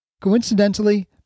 Coincidentally